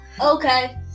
Okay